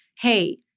hey